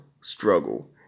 struggle